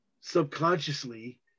subconsciously